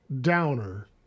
downer